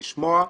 לשמוע,